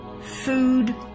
food